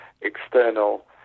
external